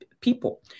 people